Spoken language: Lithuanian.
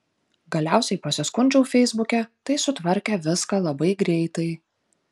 galiausiai pasiskundžiau feisbuke tai sutvarkė viską labai greitai